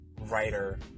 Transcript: writer